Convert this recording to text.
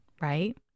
right